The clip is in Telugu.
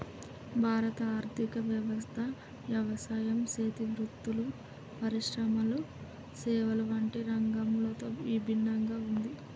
భారత ఆర్థిక వ్యవస్థ యవసాయం సేతి వృత్తులు, పరిశ్రమల సేవల వంటి రంగాలతో ఇభిన్నంగా ఉంది